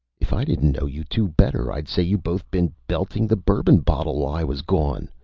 if i didn't know you two better, i'd say you both been belting the bourbon bottle while i was gone.